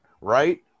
Right